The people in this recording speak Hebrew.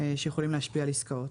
שיכולים להשפיע על עסקאות.